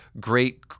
great